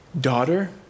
Daughter